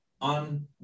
on